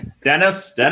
Dennis